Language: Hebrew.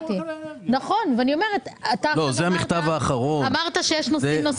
אמרת שיש נושאים נוספים.